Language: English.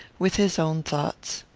with his own thoughts.